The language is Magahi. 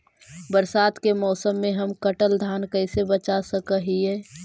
बरसात के मौसम में हम कटल धान कैसे बचा सक हिय?